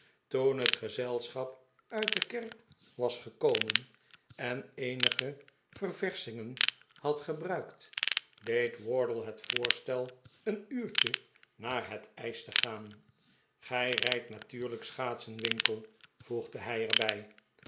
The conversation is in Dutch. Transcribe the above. toen het gezelschap uit de kerk was gekomen en eenige ververschingen had gewinkle op de sghaats bruikt deed wardle het voorstel een uurtje naar het ijs te gaan gij r'ijdt natuurlijk schaatsen winkle voegde hij er